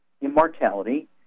Immortality